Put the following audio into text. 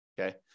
okay